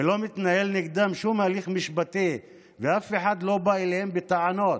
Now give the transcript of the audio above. לא מתנהל נגדם שום הליך משפטי ואף אחד לא בא אליהם בטענות.